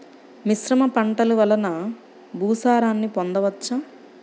మిశ్రమ పంటలు వలన భూసారాన్ని పొందవచ్చా?